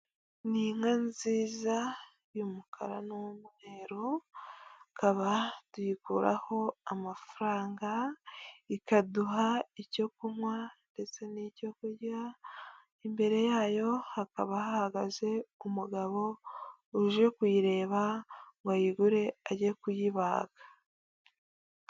Ni inka nziza y'umukara n'umweru, tukaba tuyikuraho amafaranga, ikaduha icyo kunywa ndetse n'icyo kurya, imbere yayo hakaba hahagaze umugabo uje kuyireba ngo ayigure ajye kuyibaga.